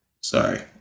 Sorry